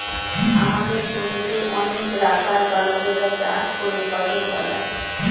আমাদের জমিতে অনেক রাখাল বালকেরা চাষ করে ফসল ফলায়